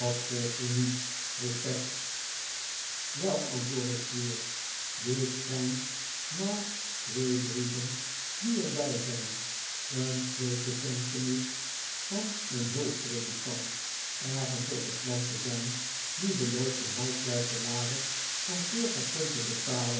volgt er nu vroeg peg wel antwoordde squeers dit schijnt naar twee brieven die er bij zijn een schuldbekentenis van een hulppredikant ergens op het land te zijn die belooft een half jaar salaris van veertig pond te betalen